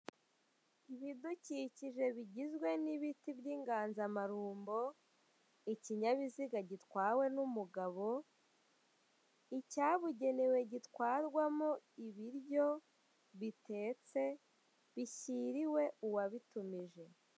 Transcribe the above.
Ibidukikije bigizwe n'ibiti by'inganzamarumbo, ikinyabiziga gitwawe n'umugabo, icyabugenewe gitwarwamo ibiryo bitetse, bishyiriwe uwabitumije.